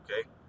okay